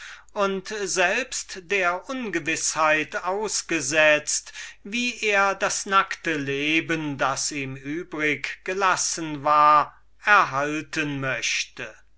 und selbst der ungewißheit ausgesetzt wie er das nackte leben das ihm allein übrig gelassen war erhalten möchte